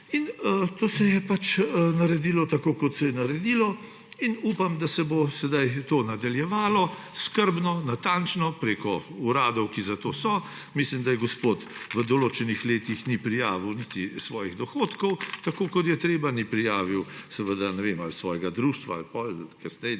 To se je pač naredilo tako, kot se je naredilo. Upam, da se bo sedaj to nadaljevalo, skrbno, natančno preko uradov, ki za to so. Mislim, da gospod v določenih letih niti ni prijavil svojih dohodkov, tako kot je treba, ni prijavil, ne vem, svojega društva ali potem kasneje,